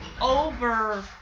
over